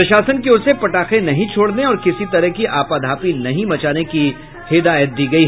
प्रशासन की ओर से पटाखे नहीं छोड़ने और किसी तरह की आपाधापी नहीं मचाने की हिदायत दी गयी